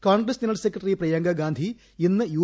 Congress general secretary Priyanka Gandhi ഇന്ന് U